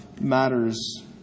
matters